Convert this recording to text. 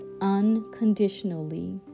unconditionally